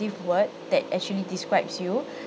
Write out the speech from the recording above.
descriptive word that actually describes you